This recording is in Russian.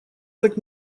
так